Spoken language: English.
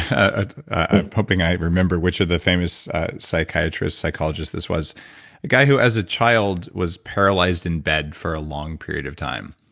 ah hoping i remember which of the famous psychiatrist, psychologist this was. a guy who as a child, was paralyzed in bed for a long period of time.